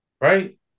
Right